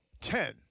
Ten